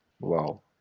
wow